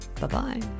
Bye-bye